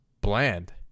bland